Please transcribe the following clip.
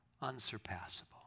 unsurpassable